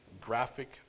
graphic